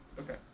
okay